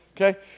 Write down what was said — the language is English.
okay